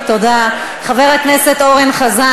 חבל שאתה מזלזל.